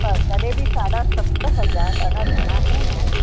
त तॾहिं बि साढा सत हज़ार ॾाढा घणा कोन आहिनि